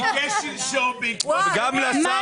במקום "סירוב" יבוא "כאשר אדם אומר לא".